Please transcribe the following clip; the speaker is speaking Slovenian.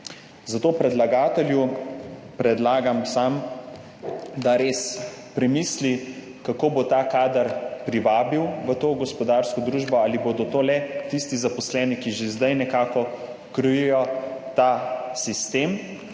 zato predlagatelju predlagam sam, da res premisli, kako bo ta kader privabil v to gospodarsko družbo, ali bodo to le tisti zaposleni, ki že zdaj nekako krojijo ta sistem,